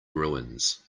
ruins